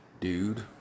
dude